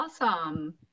awesome